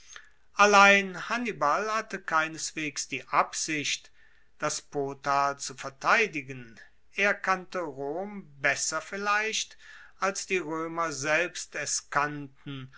allein hannibal hatte keineswegs die absicht das potal zu verteidigen er kannte rom besser vielleicht als die roemer selbst es kannten